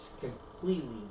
completely